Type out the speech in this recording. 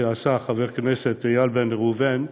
שעשה חבר הכנסת איל בן ראובן,